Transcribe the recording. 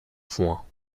point